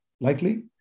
likely